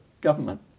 government